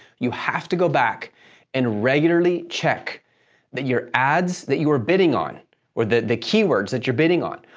you have to go back and regularly check that your ads that you were bidding on or the the keywords that you're bidding on,